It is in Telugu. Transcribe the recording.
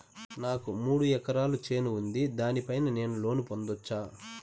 నాకు మూడు ఎకరాలు చేను ఉంది, దాని పైన నేను లోను పొందొచ్చా?